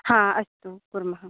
हा अस्तु कुर्मः